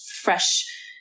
fresh